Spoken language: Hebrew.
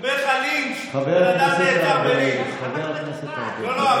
אני מדבר איתך על לינץ'.